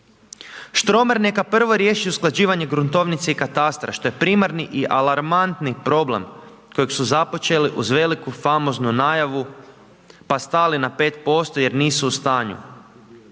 Štromer neka prvo riješi usklađivanje gruntovnice i katastra, što je primarni i alarmantni problem, kojeg su započeli uz veliku, famoznu najavu, pa stali na 5% jer nisu u stanju.